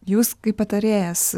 jūs kaip patarėjas